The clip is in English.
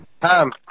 Tom